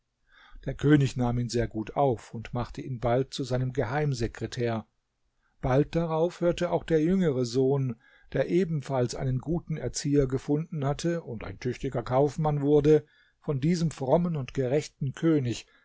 der könig nahm ihn sehr gut auf und machte ihn bald zu seinem geheimsekretär bald darauf hörte auch der jüngere sohn der ebenfalls einen guten erzieher gefunden hatte und ein tüchtiger kaufmann wurde von diesem frommen und gerechten könig